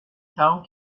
town